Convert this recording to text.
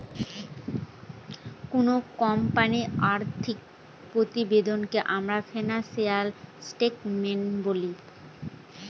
কোনো কোম্পানির আর্থিক প্রতিবেদনকে আমরা ফিনান্সিয়াল স্টেটমেন্ট বলি